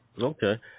okay